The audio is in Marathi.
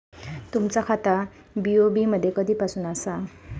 तुमचा खाता बी.ओ.बी मध्ये कधीपासून आसा?